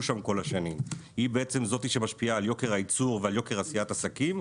שם כל השנים היא בעצם זו שמשפיעה על יוקר הייצור ועל יוקר עשיית עסקים,